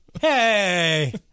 Hey